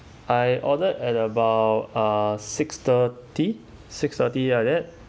I ordered at about uh six thirty six thirty like that